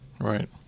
right